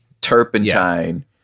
turpentine